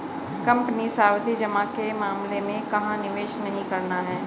Company सावधि जमा के मामले में कहाँ निवेश नहीं करना है?